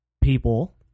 people